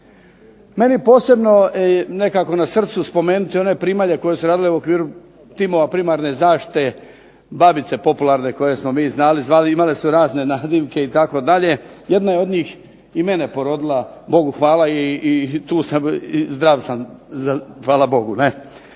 Meni je posebno nekako na srcu spomenuti one primalje koje su radile u okviru timova primarne zaštite, babice popularne koje smo mi zvali, imale su razne nadimke itd. Jedna je od njih i mene porodila, Bogu hvala i tu sam, zdrav sam, hvala Bogu.